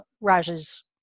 Raj's